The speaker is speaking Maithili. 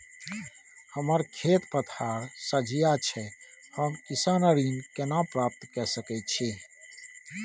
हमर खेत पथार सझिया छै हम किसान ऋण केना प्राप्त के सकै छी?